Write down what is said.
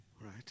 Right